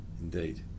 Indeed